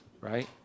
Right